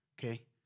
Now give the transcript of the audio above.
okay